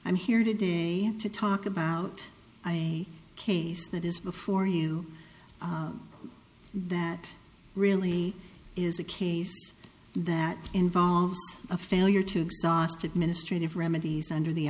i'm here today to talk about a case that is before you that really is a case that involves a failure to exhaust administrative remedies under the